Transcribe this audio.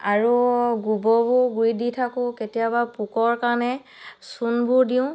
আৰু গোবৰবোৰ গুৰিত দি থাকোঁ কেতিয়াবা পোকৰ কাৰণে চূণবোৰ দিওঁ